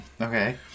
Okay